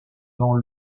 dans